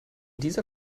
dieser